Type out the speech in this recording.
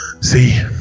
See